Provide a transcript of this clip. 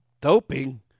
Doping